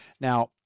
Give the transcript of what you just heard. Now